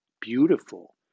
beautiful